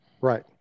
Right